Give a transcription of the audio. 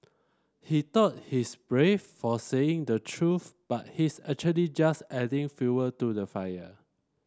he thought he's brave for saying the truth but he's actually just adding fuel to the fire